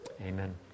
Amen